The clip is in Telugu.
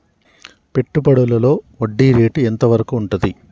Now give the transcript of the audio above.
పెట్టుబడులలో వడ్డీ రేటు ఎంత వరకు ఉంటది?